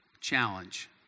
challenge